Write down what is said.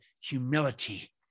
humility